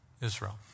Israel